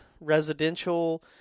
residential